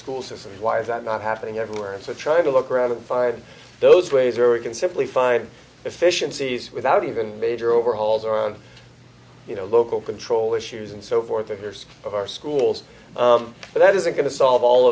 school systems why is that not happening everywhere and so i try to look around the five those ways or we can simply find efficiencies without even major overhauls around you know local control issues and so forth and there's of our schools but that isn't going to solve all